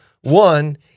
One